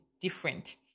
different